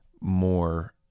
more